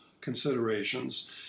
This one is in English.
considerations